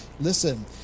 Listen